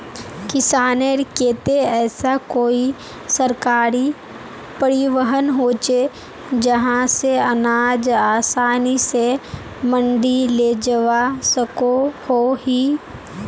किसानेर केते ऐसा कोई सरकारी परिवहन होचे जहा से अनाज आसानी से मंडी लेजवा सकोहो ही?